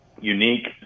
unique